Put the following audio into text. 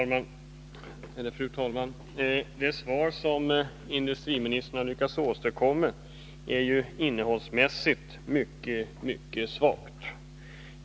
Fru talman! Det svar som industriministern har lyckats åstadkomma är innehållsmässigt mycket svagt.